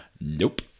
Nope